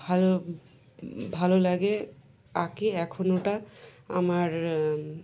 ভালো ভালো লাগে আঁকি এখন ওটা আমার